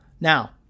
Now